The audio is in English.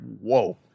whoa